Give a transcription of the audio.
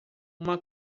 uma